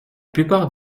plupart